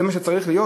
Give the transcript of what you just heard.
זה מה שצריך להיות?